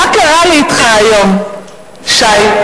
מה קרה לי אתך היום, שי?